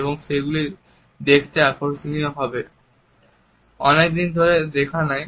এবং সেগুলি দেখতে আকর্ষণীয় হবে। অনেক দিন ধরে দেখা নেই